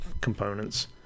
components